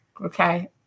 Okay